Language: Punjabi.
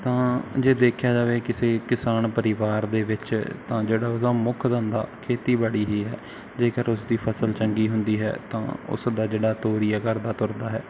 ਤਾਂ ਜੇ ਦੇਖਿਆ ਜਾਵੇ ਕਿਸੇ ਕਿਸਾਨ ਪਰਿਵਾਰ ਦੇ ਵਿੱਚ ਤਾਂ ਜਿਹੜਾ ਉਹਦਾ ਮੁੱਖ ਧੰਦਾ ਖੇਤੀਬਾੜੀ ਹੀ ਹੈ ਜੇਕਰ ਉਸ ਦੀ ਫਸਲ ਚੰਗੀ ਹੁੰਦੀ ਹੈ ਤਾਂ ਉਸ ਦਾ ਜਿਹੜਾ ਤੋਰੀਆ ਘਰ ਦਾ ਤੁਰਦਾ ਹੈ